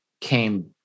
came